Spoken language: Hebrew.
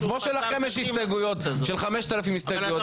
כמו שלכם יש הסתייגויות של 5,000 הסתייגויות,